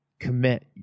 commit